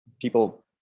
people